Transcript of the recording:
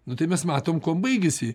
nu tai mes matom kuo baigiasi